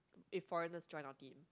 if foreigners join our team